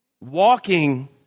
Walking